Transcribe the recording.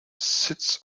sits